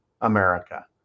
America